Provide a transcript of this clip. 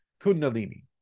kundalini